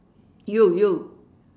you you